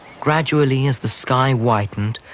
gradually as the sky widened,